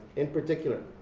in particular.